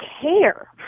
care